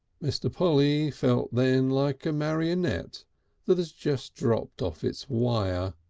mr. polly felt then like a marionette that has just dropped off its wire.